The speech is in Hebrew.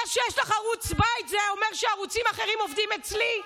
זה שיש לך ערוץ בית זה אומר שערוצים אחרים עובדים אצלי?